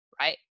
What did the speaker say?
right